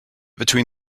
between